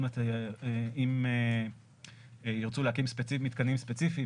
אם ירצו להקים מתקנים ספציפיים,